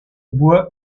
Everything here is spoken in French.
boit